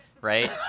right